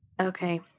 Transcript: Okay